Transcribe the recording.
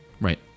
Right